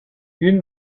gün